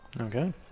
Okay